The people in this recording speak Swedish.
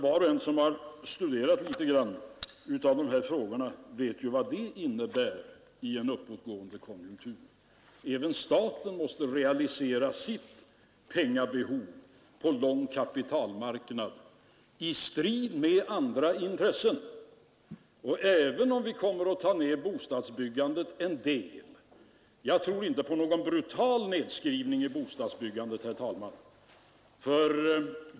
Var och en som har studerat litet av dessa frågor vet vad detta innebär i en uppåtgående konjunktur. Även staten måste realisera sitt pengabehov på lång kapitalmarknad i konkurrens med andra intressen. Även om vi kommer att skära ner bostadsbyggandet en del så tror jag inte på någon brutal nedskärning, herr talman.